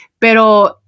Pero